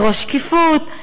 לדרוש שקיפות,